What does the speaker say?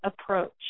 approach